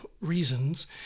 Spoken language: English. reasons